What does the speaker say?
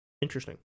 Interesting